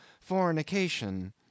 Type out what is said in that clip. fornication